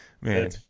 man